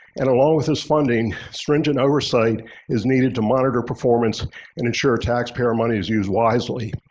and along with this funding, stringent oversight is needed to monitor performance and ensure taxpayer money is used wisely.